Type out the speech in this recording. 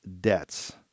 debts